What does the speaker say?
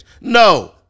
No